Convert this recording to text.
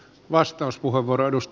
arvoisa puhemies